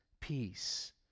peace